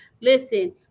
Listen